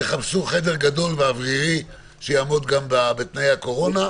תחפשו חדר גדול ומאוורר שיעמוד בתקנים של הקורונה.